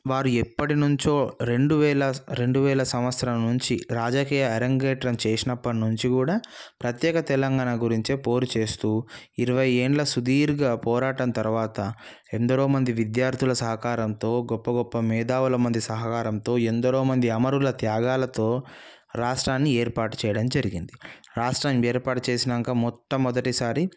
వారు ఎప్పటి నుంచో రెండువేల రెండువేల సంవత్సరం నుంచి రాజకీయ అరంగేట్రం చేసినప్పటి నుంచి కూడా ప్రత్యేక తెలంగాణ గురించే పోరు చేస్తూ ఇరవై ఏళ్ళ సుదీర్ఘ పోరాటం తరువాత ఎందరో మంది విద్యార్ధుల సహకారంతో గొప్ప గొప్ప మేధావుల మంది సహకారంతో ఎందరో మంది అమరుల త్యాగాలతో రాష్ట్రాన్ని ఏర్పాటు చేయడం జరిగింది రాష్ట్రం ఏర్పాటు చేసాక మొట్టమొదటిసారి